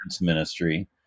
ministry